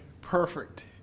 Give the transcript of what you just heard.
perfect